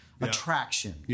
attraction